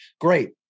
Great